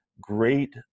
great